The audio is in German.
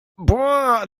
boah